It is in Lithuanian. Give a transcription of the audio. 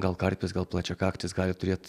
gal karpis gal plačiakaktis gali turėt